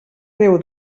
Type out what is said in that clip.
déu